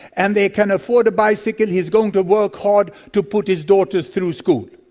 and they can afford a bicycle, he is going to work hard to put his daughters through school.